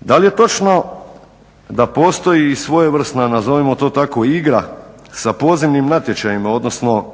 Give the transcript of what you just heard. Da li je točno da postoji i svojevrsna nazovimo to tako igra, sa pozivnim natječajima odnosno